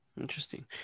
Interesting